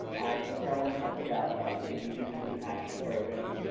think carolyn talked about maybe using a recapture program.